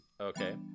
Okay